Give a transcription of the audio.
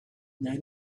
there